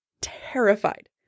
terrified